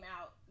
out